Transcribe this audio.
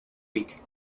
week